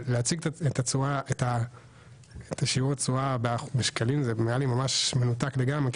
אבל להציג אז שיעור התשואה בשקלים זה נראה לי ממש מנותק לגמרי,